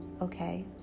okay